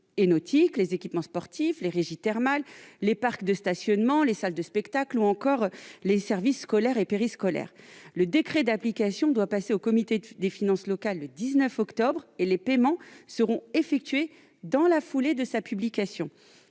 équipements sportifs, régies thermales, parcs de stationnement, salles de spectacles, services scolaires et périscolaires, etc. Le décret d'application doit passer au comité des finances locales le 19 octobre et les paiements seront effectués dans la foulée de sa publication.